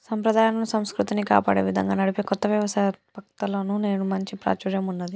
సంప్రదాయాలను, సంస్కృతిని కాపాడే విధంగా నడిపే కొత్త వ్యవస్తాపకతలకు నేడు మంచి ప్రాచుర్యం ఉన్నది